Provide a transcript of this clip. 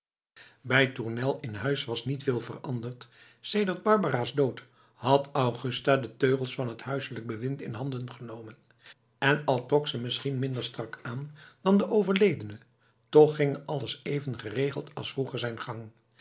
bij tournel in huis was niet veel veranderd sedert barbara's dood had augusta de teugels van het huiselijk bewind in handen genomen en al trok zij ze misschien minder strak aan dan de overledene toch ging alles even geregeld als vroeger zijn gang